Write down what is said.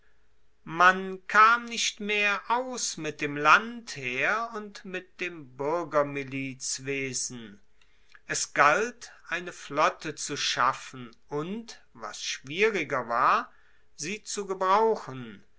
man kam nicht mehr aus mit dem landheer und mit dem buergermilizwesen es galt eine flotte zu schaffen und was schwieriger war sie zu gebrauchen